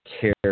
care